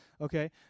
okay